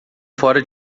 fora